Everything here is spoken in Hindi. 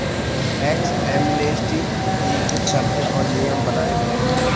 टैक्स एमनेस्टी की कुछ शर्तें और नियम बनाये गये हैं